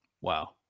Wow